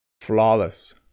Flawless